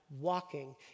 walking